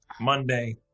Monday